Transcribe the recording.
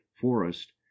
forest